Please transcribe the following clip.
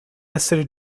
essere